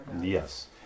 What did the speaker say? Yes